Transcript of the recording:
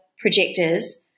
projectors